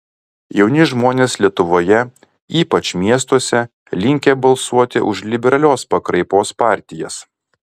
jauni žmonės lietuvoje ypač miestuose linkę balsuoti už liberalios pakraipos partijas